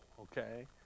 Okay